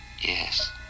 Yes